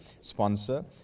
sponsor